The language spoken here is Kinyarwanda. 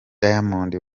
diamond